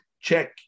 check